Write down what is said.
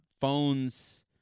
Phones